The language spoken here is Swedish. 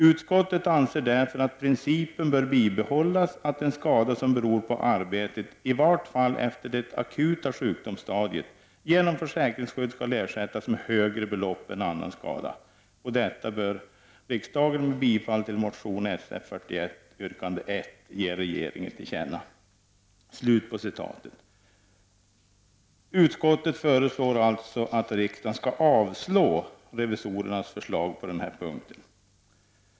Utskottet anser därför att principen bör bibehållas att en skada som beror på arbetet, i vart fall efter det akuta sjukdomsstadiet, genom försäkringsskydd skall ersättas med högre belopp än annan skada. Detta bör riksdagen med bifall till motion Sf41 yrkande 1 ge regeringen till känna.” Utskottet föreslår alltså att riksdagen skall avslå revisorernas förslag på den här punkten.